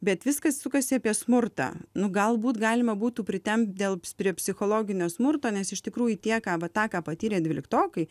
bet viskas sukasi apie smurtą nu galbūt galima būtų pritempt dėl prie psichologinio smurto nes iš tikrųjų tiek ką va tą ką patyrė dvyliktokai